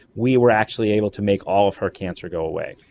we were actually able to make all of her cancer go away.